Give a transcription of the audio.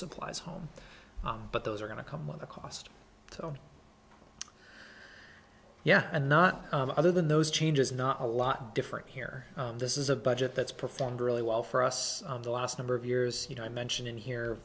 supplies home but those are going to come with a cost so yeah and not other than those changes not a lot different here this is a budget that's performed really well for us in the last number of years you know i mentioned in here